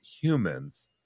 humans